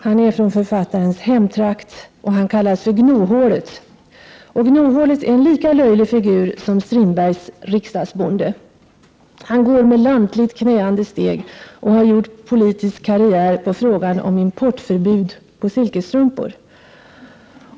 Han är från författarens hemtrakt och kallas Gnohålet. Gnohålet är en lika löjlig figur som Strindbergs riksdagsbonde. Han går med ”lantligt knäande steg” och har gjort politisk karriär på frågan om importförbud när det gäller silkesstrumpor.